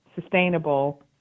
sustainable